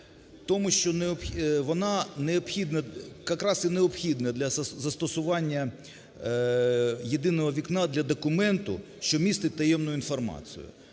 как раз і необхідна для застосування "єдиного вікна" для документу, що містить таємну інформацію.